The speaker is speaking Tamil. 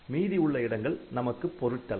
மீதி உள்ள இடங்கள் நமக்கு பொருட்டல்ல